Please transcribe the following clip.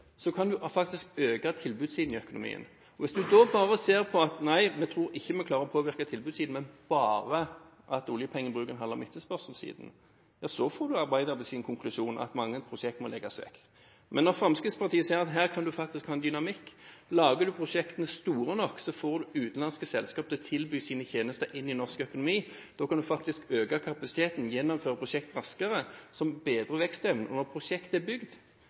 så kan de dra hjem, og da kommer det et nytt «crew» – da kan en faktisk øke tilbudssiden i økonomien. Hvis en da bare sier at nei, vi tror ikke vi klarer å påvirke tilbudssiden, og at oljepengebruken bare handler om etterspørselssiden, ja, så får du Arbeiderpartiets konklusjon: Mange prosjekt må legges vekk. Fremskrittspartiet sier at her kan en faktisk ha en dynamikk. Lager en prosjektene store nok, får en utenlandske selskap til å tilby sine tjenester inn i norsk økonomi. Da kan du faktisk øke kapasiteten og gjennomføre prosjekt raskere, noe som bedrer vekstevnen. Når prosjektet er bygd,